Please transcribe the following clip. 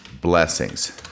blessings